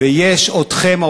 ויש אתכם,